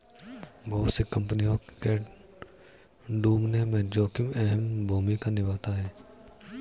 बहुत सी कम्पनियों के डूबने में जोखिम अहम भूमिका निभाता है